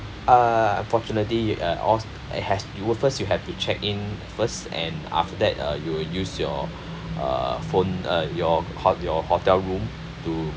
uh unfortunately you uh all it has you go first you have to check in first and after that uh you will use your uh phone uh your ho~ your hotel room to